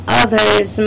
others